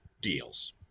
deals